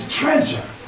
treasure